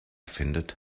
findet